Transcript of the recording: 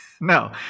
No